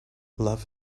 love